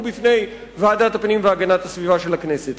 בפני ועדת הפנים והגנת הסביבה של הכנסת.